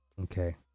Okay